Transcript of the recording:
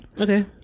Okay